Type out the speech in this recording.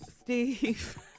Steve